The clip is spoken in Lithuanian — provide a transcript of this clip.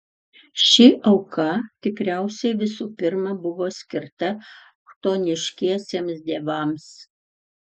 ši auka tikriausiai visų pirma buvo skirta chtoniškiesiems dievams